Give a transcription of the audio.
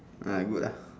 uh good lah